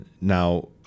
Now